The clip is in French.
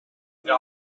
deux